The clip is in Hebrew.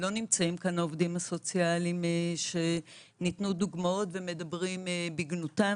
שלא נמצאים כאן העובדים הסוציאליים שניתנו דוגמאות ומדברים בגנותם,